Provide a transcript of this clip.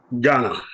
Ghana